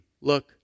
Look